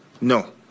No